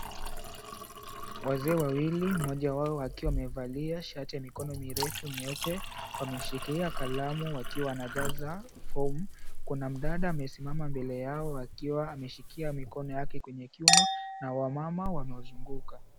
Wazee wawili, mmoja wao akiwa amevalia shati ya mikono mirefu nyeupe wameshikilia kalamu wakiwa wanajaza fomu. Kuna mdada amesimama mbele yao akiwa ameshikia mikono yake kwenye kiuno, na wamama wamemzunguka.